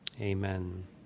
Amen